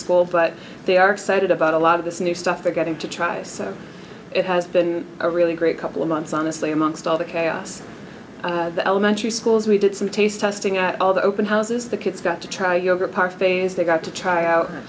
school but they are excited about a lot of this new stuff they're getting to try so it has been a really great couple of months honestly amongst all the chaos and the elementary schools we did some taste testing at all the open houses the kids got to try yogurt parfaits they got to try out